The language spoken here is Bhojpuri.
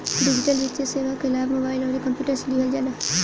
डिजिटल वित्तीय सेवा कअ लाभ मोबाइल अउरी कंप्यूटर से लिहल जाला